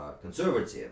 conservative